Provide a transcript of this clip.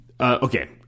Okay